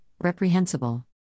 reprehensible